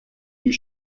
you